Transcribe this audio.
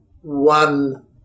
one